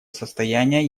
состояние